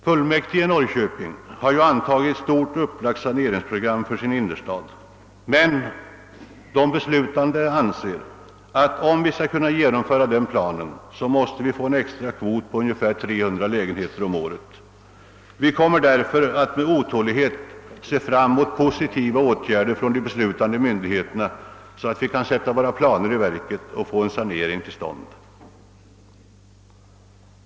Fullmäktige i Norrköping har ju antagit ett stort upplagt saneringsprogram för innerstaden, men de beslutande anser att om vi skall kunna genomföra den planen så måste vi få en extra kvot på ungefär 300 lägenheter om året. Vi kommer därför att med otålighet se fram emot positiva åtgärder av de beslutande myndigheterna, så att vi kan sätta våra planer i verket och få en sanering till stånd.